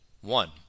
One